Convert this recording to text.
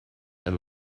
and